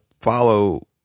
follow